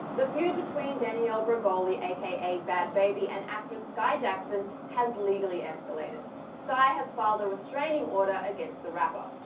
the feud between danielle bregoli, aka bhad bhabie, and actress skai jackson has legally escated. skai has filed a restraining order against the rapper.